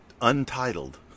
untitled